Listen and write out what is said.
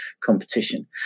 competition